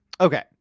okay